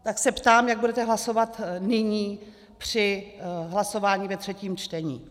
Tak se ptám, jak budete hlasovat nyní při hlasování ve třetím čtení.